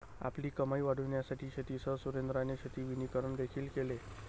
आपली कमाई वाढविण्यासाठी शेतीसह सुरेंद्राने शेती वनीकरण देखील केले